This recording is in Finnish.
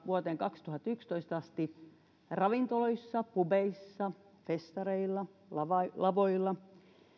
vuoteen kaksituhattayksitoista asti ravintoloissa pubeissa festareilla lavoilla